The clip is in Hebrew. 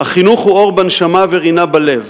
"החינוך הוא אור בנשמה ורינה בלב.